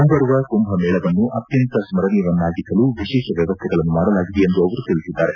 ಮುಂಬರುವ ಕುಂಭಮೇಳವನ್ನು ಅತ್ಯಂತ ಸ್ಪರಣೀಯವನ್ನಾಗಿಸಲು ವಿಶೇಷ ವ್ವವಸ್ವೆಗಳನ್ನು ಮಾಡಲಾಗಿದೆ ಎಂದು ಅವರು ತಿಳಿಸಿದ್ದಾರೆ